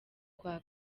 kwa